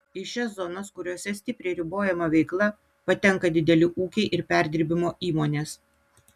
į šias zonas kuriose stipriai ribojama veikla patenka dideli ūkiai ir perdirbimo įmonės